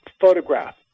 photograph